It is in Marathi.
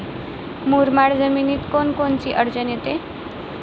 मुरमाड जमीनीत कोनकोनची अडचन येते?